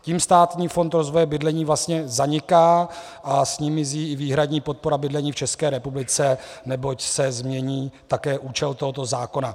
Tím Státní fond rozvoje bydlení vlastně zaniká a s ním mizí i výhradní podpora bydlení v České republice, neboť se změní také účel tohoto zákona.